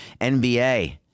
NBA